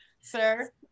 Sir